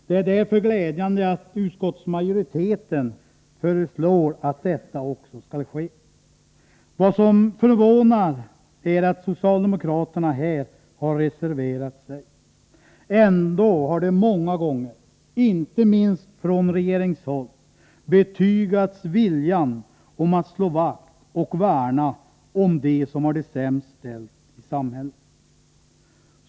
Det är därför glädjande att utskottsmajoriteten också föreslår att så skall ske. Vad som förvånar är att socialdemokraterna här har reserverat sig. Man har ändå många gånger, inte minst från regeringshåll, betygat viljan att slå vakt och värna om dem som har det sämst ställt i samhället.